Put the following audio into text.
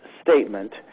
statement